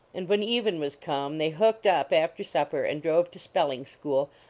and when even was come, they hooked up after supper and drove to spelling-school,